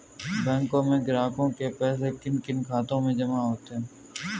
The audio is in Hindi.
बैंकों में ग्राहकों के पैसे किन किन खातों में जमा होते हैं?